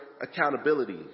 accountability